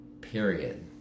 period